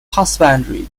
husbandry